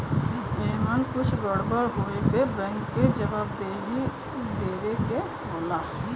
एमन कुछ गड़बड़ होए पे बैंक के जवाबदेही देवे के होला